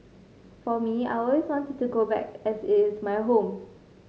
for me I always want to go back as it is my home